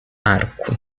arco